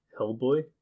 Hellboy